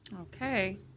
Okay